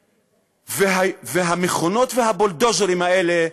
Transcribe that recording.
והמכונות והבולדוזרים האלה,